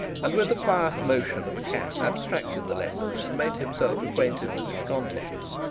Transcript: and with the quiet motion of a cat abstracted the letter, and made himself acquainted with its contents.